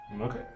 Okay